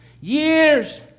years